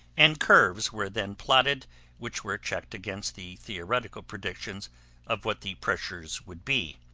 and curves were then plotted which were checked against the theoretical predictions of what the pressures would be.